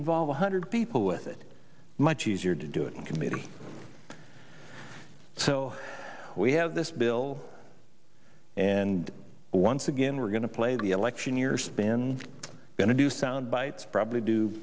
involve a hundred people with it much easier to do it in committee so we have this bill and once again we're going to play the election years been going to do soundbites probably do